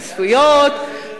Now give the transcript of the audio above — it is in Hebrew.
חסויות,